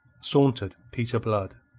sauntered peter blood.